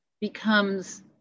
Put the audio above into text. becomes